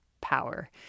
power